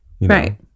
right